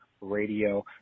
Radio